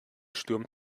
sturm